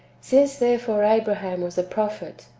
since, therefore, abraham was a prophet,